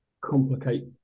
complicate